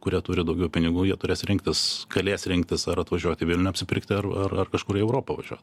kurie turi daugiau pinigų jie turės rinktis galės rinktis ar atvažiuoti į vilnių apsipirkti ar ar ar kažkur į europą važiuot